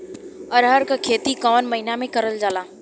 अरहर क खेती कवन महिना मे करल जाला?